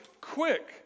quick